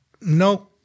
no